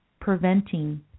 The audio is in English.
preventing